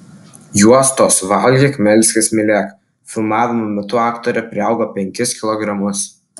juostos valgyk melskis mylėk filmavimo metu aktorė priaugo penkis kilogramus